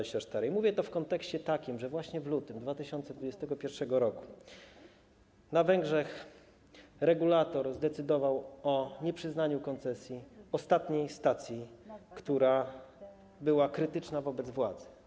I mówię to w kontekście takim, że właśnie w lutym 2021 r. na Węgrzech regulator zdecydował o nieprzyznaniu koncesji ostatniej stacji, która była krytyczna wobec władzy.